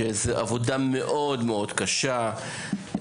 שזו עבודה מאוד-מאוד קשה,